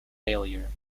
failure